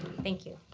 thank you.